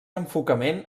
enfocament